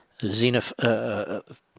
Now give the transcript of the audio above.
xenoph